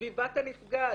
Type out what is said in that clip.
סביבת הנפגעת,